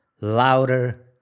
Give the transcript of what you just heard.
Louder